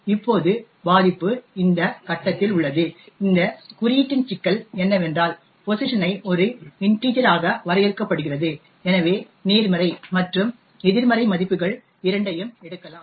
இப்போது பாதிப்பு இந்த கட்டத்தில் உள்ளது இந்த குறியீட்டின் சிக்கல் என்னவென்றால் pos ஐ ஒரு இன்டிஜர் ஆக வரையறுக்கப்படுகிறது எனவே நேர்மறை மற்றும் எதிர்மறை மதிப்புகள் இரண்டையும் எடுக்கலாம்